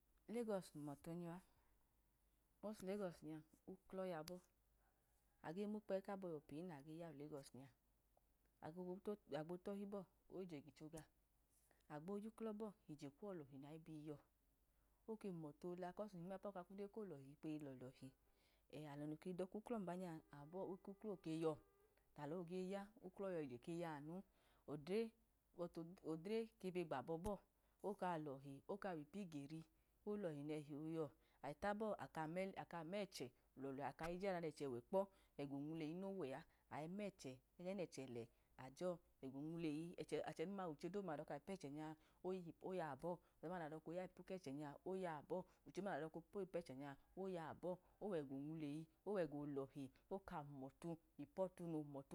Legọsi hum ọtu ọla bieọso legọsi uklọ yabọ age mukpẹ ekaboyi yọ pi nage ya u legọsi, age agbo tọhi bọ oge je gicho gaọ agbo yuklọ bọ ye kuwo lile tuga ọ, oke humotu ọla kọse nhimoyi pọkame eko lọhi ikpẹyi nẹnẹchi, adọkuklọ nobanya eku klọ ke yọ nawo oge ya, uklọ nage ya odre ke gbabọ bọ oka lọhi oka impigeli, olọhi nẹhi oyọ ayi tabọ, aka aka mẹche okyayi yọda nẹchẹ wẹ kpọ, igeli nẹnẹhi nowẹ a, ayi nẹchẹ ẹgẹ nẹchẹ lẹ ajọ mu lo nwuleyi, achẹ nulọda dodu ma nayi ọka ipu kẹchẹ nya oya bọ uchẹ uma naji dọka po ipu kẹchẹ nya oya bọ owega onunleyi owẹga lọhi oka humotu, ipo otu nohumọtu.